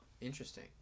Interesting